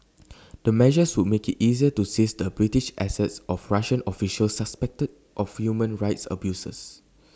the measures would make IT easier to seize the British assets of Russian officials suspected of human rights abuses